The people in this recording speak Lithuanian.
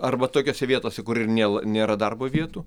arba tokiose vietose kur ir nėl nėra darbo vietų